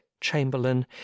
chamberlain